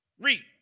Read